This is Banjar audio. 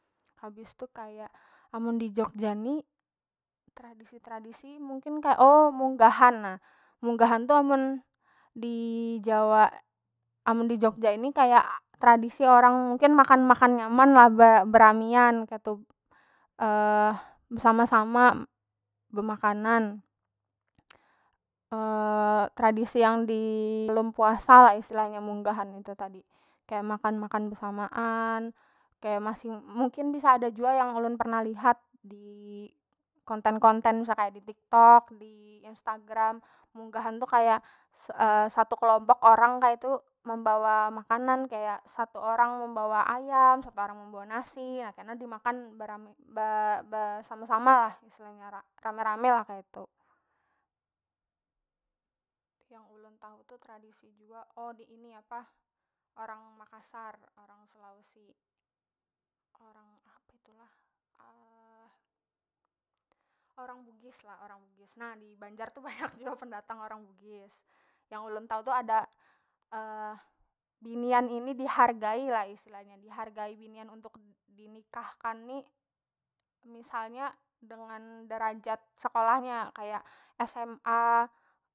Habis tu kaya amun di jogja ni tradisi- tradisi mungkin munggahan na, munggahan tu amun di jawa amun di jogja ini kaya tradisi orang mungkin makan- makan nyaman lah be- beramian ketu besama- sama bemakanan tradisi yang dilempuasa lah istilahnya munggahan itu tadi kek makan- makan besamaan kek masih mungkin bisa ada jua yang ulun pernah lihat dikonten- konten bisa kaya di tiktok diinstagram, munggahan tu kaya satu kelompok orang kaitu membawa makanan kaya satu orang membawa ayam satu orang membawa nasi na kena dimakan berami be- besama- sama lah rame- rame lah kaitu. Yang ulun tau tu tradisi jua o di ini apa orang makasar orang sulawesi orang apa itu lah orang bugis lah orang bugis na dibanjar tu banyak jua pendatang orang bugis yang ulun tau tu ada binian ini dihargai lah istilahnya dihargai binian untuk dinikahkan ni misalnya dengan derajat sekolahnya sma.